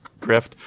grift